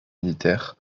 militaire